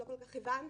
לא כול כך הבנתי.